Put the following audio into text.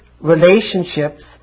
relationships